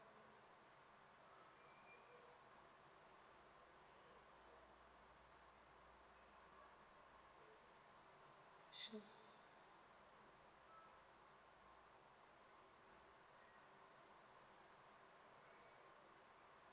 sure